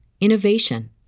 innovation